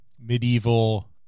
medieval